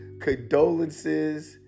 condolences